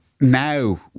now